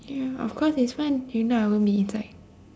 ya of course it's fun if not I wont be inside